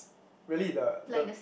really the the